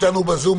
שלום,